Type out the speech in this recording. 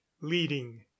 leading